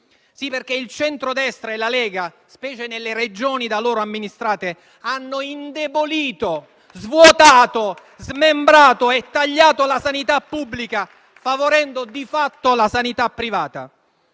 Sì, perché il centrodestra e la Lega, specie nelle Regioni da loro amministrate, hanno indebolito, svuotato, smembrato e tagliato la sanità pubblica, favorendo di fatto quella privata.